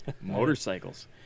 motorcycles